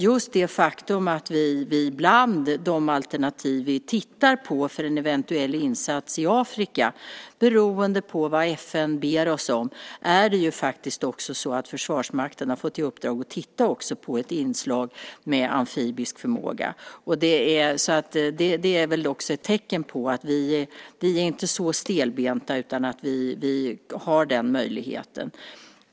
Just när det gäller alternativ som vi tittar på för en eventuell insats i Afrika, beroende på vad FN ber oss om, har Försvarsmakten fått i uppdrag att titta också på ett inslag med amfibisk förmåga. Det är väl också ett tecken på att vi inte är så stelbenta utan har den möjligheten.